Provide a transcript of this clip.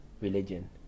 religion